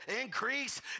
increase